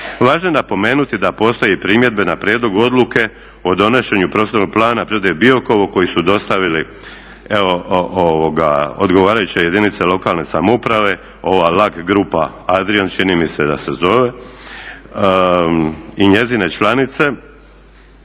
Važno je napomenuti da postoje primjedbe na prijedlog Odluke o donošenju Prostornog plana Parka prirode Biokovo koji su dostavili evo odgovarajuće jedinice lokalne samouprave ova grupa … čini mi se da se zove i njezine članice